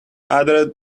other